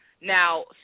now